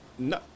No